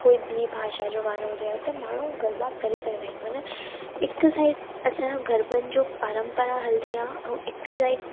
कोई बि भाषा जो गानो वजायो त माण्हू गरबा करे सघंदा आहिनि माना हिक साइड असांजो गरबनि जो पारंपरा हलंदी आहे ऐं हिक साइड